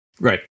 Right